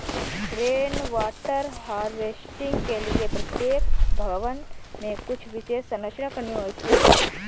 rain water harvesting के लिए प्रत्येक भवन में कुछ विशेष संरचना करनी होती है